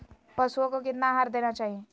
पशुओं को कितना आहार देना चाहि?